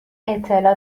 اطلاع